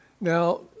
Now